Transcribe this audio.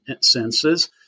senses